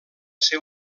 ser